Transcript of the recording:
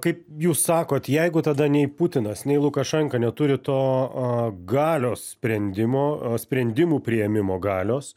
kaip jūs sakot jeigu tada nei putinas nei lukašenka neturi to galios sprendimo sprendimų priėmimo galios